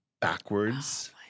backwards